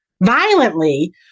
violently